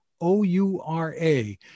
O-U-R-A